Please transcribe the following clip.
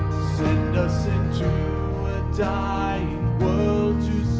send us into a dying world